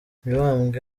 mibambwe